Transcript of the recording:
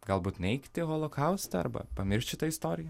galbūt neigti holokaustą arba pamiršti tą istoriją